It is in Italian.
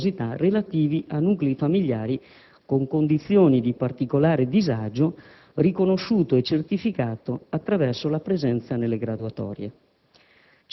per morosità relativi a nuclei famigliari con condizioni di particolare disagio riconosciuto e certificato attraverso la presenza nelle graduatorie.